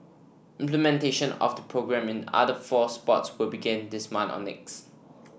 implementation of the programme in other four sports will begin this month or next